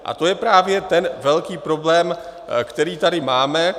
A to je právě ten velký problém, který tady máme.